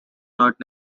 not